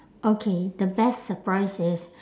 okay the best surprise is